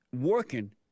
working